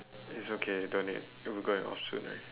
it's okay don't need we'll be going off soon already